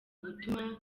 gutuma